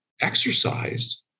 exercised